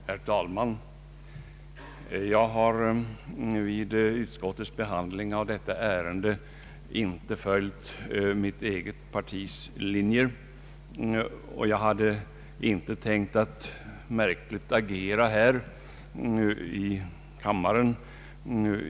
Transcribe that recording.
Herr talman! Jag har vid utskottets behandling av detta ärende inte följt mitt eget partis linje, men jag hade inte tänkt agera i frågan här i kammaren.